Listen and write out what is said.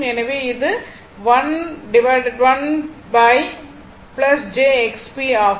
எனவே இது 1 jXP ஆகும்